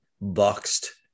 boxed